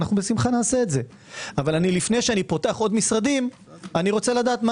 בשמחה נעשה זאת אבל לפני שאני פותח עוד משרדים אני רוצה לדעת מה